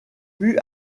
plus